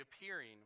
appearing